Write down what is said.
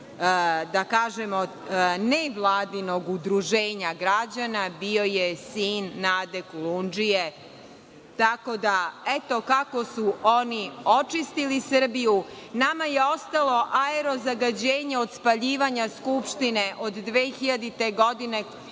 da kažemo, nevladinog udruženja građana bio je sin Nade Kolundžije, tako da eto kako su oni očistili Srbiju. Nama je ostalo aerozagađenje od spaljivanja Skupštine od 2000. godine,